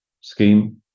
scheme